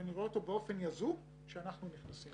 שלסיעת הליכוד יש בו עניין חוץ מאשר היועץ המשפטי